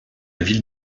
ville